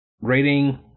rating